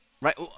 right